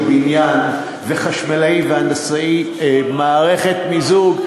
בניין וחשמלאי והנדסאי מערכת מיזוג.